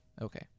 Okay